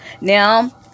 Now